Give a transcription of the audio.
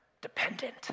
dependent